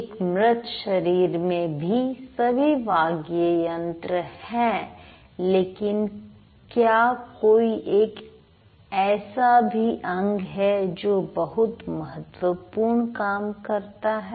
एक मृत शरीर में भी सभी वाग्यंत्र हैं लेकिन क्या कोई एक ऐसा भी अंग है जो बहुत महत्वपूर्ण काम करता है